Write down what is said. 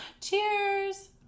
Cheers